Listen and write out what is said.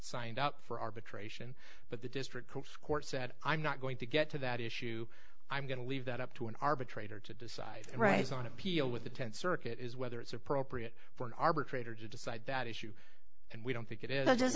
signed up for arbitration but the district court said i'm not going to get to that issue i'm going to leave that up to an arbitrator to decide and right on appeal with the tenth circuit is whether it's appropriate for an arbitrator to decide that issue and we don't think it is just